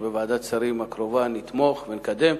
ובוועדת שרים הקרובה נתמוך ונקדם.